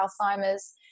Alzheimer's